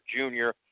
junior